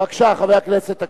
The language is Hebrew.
בבקשה, חבר הכנסת אקוניס.